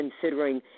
considering